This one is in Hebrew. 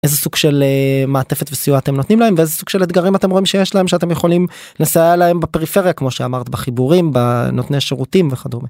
איזה סוג של מעטפת וסיוע אתם נותנים להם, ואיזה סוג של אתגרים אתם רואים שיש להם שאתם יכולים לסייע להם בפריפריה כמו שאמרת בחיבורים בנותני שירותים וכדומה.